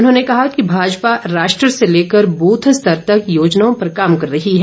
उन्होंने कहा कि भाजपा राष्ट्र से लेकर बूथ स्तर तक योजनाओं पर काम कर रही है